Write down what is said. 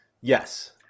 Yes